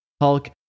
hulk